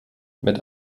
mit